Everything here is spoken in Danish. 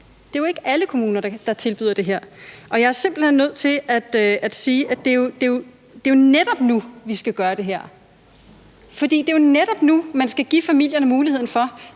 Det er jo ikke alle kommuner, der tilbyder det her, og jeg er simpelt hen nødt til at sige, at det netop er nu, vi skal gøre det her, for det er jo netop nu, at man skal give familierne den mulighed. Der